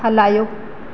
हलायो